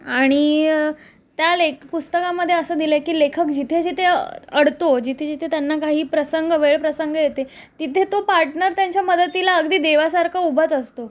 आणि त्या लेक पुस्तकामध्ये असं दिलं आहे की लेखक जिथेजिथे अडतो जिथेजिथे त्यांना काही प्रसंग वेळ प्रसंग येते तिथे तो पार्टनर त्यांच्या मदतीला अगदी देवासारखं उभाच असतो